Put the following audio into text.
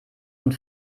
und